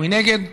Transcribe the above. מי נגד?